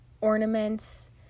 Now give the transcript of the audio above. ornaments